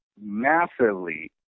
massively